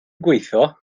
gweithio